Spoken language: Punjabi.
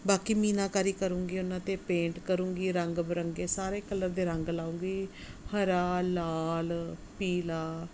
ਬਾਕੀ ਮੀਨਾਕਾਰੀ ਕਰੂੰਗੀ ਉਹਨਾਂ 'ਤੇ ਪੇਂਟ ਕਰੂੰਗੀ ਰੰਗ ਬਿਰੰਗੇ ਸਾਰੇ ਕਲਰ ਦੇ ਰੰਗ ਲਗਾਉਂਗੀ ਹਰਾ ਲਾਲ ਪੀਲਾ